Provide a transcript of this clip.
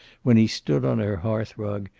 when he stood on her hearth-rug,